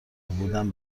بودن